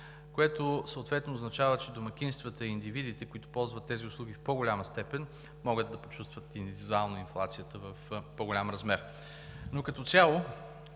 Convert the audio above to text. което съответно означава, че домакинствата и индивидите, които ползват тези услуги, в по голяма степен могат индивидуално да почувстват инфлацията в по-голям размер. Като цяло